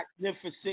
magnificent